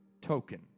token